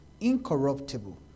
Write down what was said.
incorruptible